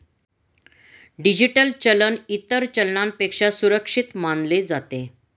digital चलन इतर चलनापेक्षा सुरक्षित मानले जाते